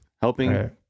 helping